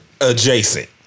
adjacent